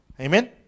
amen